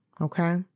okay